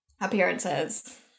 appearances